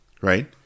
right